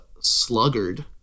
sluggard